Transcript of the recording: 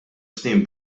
snin